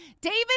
David